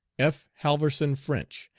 f. halverson french,